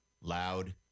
loud